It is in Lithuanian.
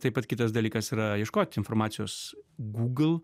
taip pat kitas dalykas yra ieškoti informacijos google